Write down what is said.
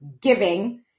giving